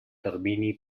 termini